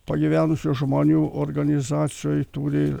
pagyvenusių žmonių organizacijoj turi